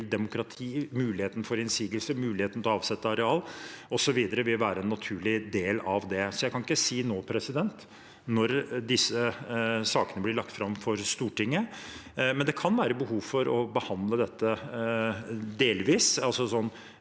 demokrati, muligheten for innsigelser, muligheten til å avsette areal osv. være en naturlig del av det. Jeg kan ikke si nå når disse sakene blir lagt fram for Stortinget. Det kan være behov for å behandle dette delvis,